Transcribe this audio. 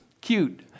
Cute